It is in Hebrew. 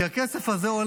כי הכסף הזה,